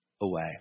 away